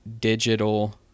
digital